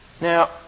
Now